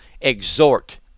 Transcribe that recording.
Exhort